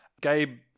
Gabe